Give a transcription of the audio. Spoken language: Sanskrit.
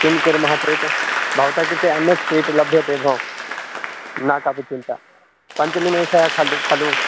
किं कुरुमः चेत् भवतः कृते अन्यत् सीट् लभ्यते भो न कापि चिन्ता पञ्चनिमेशः खलु खलु